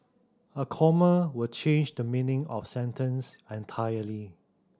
a comma will change the meaning of sentence entirely